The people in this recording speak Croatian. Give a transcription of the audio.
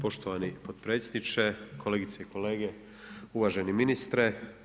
Poštovani potpredsjedniče, kolegice i kolege, uvaženi ministre.